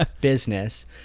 business